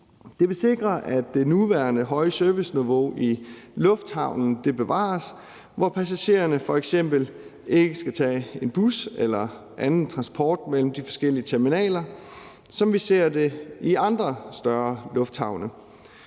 Det vil sikre, at det nuværende høje serviceniveau i lufthavnen bevares, hvor passagererne f.eks. ikke skal tage en bus eller andet transportmiddel mellem de forskellige terminaler, som vi ser det i andre større lufthavne.